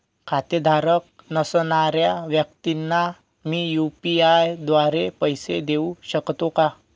खातेधारक नसणाऱ्या व्यक्तींना मी यू.पी.आय द्वारे पैसे देऊ शकतो का?